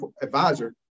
advisor